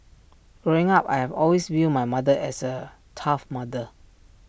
growing up I have always viewed my mother as A tough mother